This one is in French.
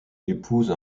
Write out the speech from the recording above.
épouse